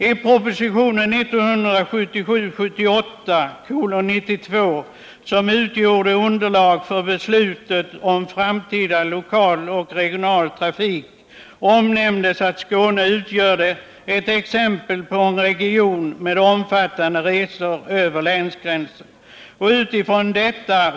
I propositionen 1977/78:92, som utgjorde underlag för beslutet om den framtida lokala och regionala trafiken, omnämndes att Skåne utgjorde ett exempel på en region med omfattande resor över länsgränsen.